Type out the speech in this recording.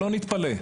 שלא נתפלא.